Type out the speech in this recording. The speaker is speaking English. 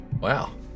Wow